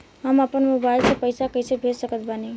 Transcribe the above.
हम अपना मोबाइल से पैसा कैसे भेज सकत बानी?